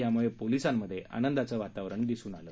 याम्ळे पोलिसांमध्ये आनंदाचं वातावरण दिसून आलं